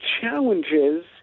challenges